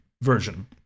version